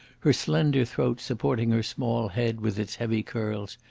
her slender throat supporting her small head with its heavy curls,